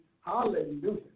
Hallelujah